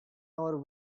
our